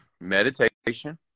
meditation